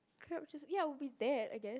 ya we'll be there I guess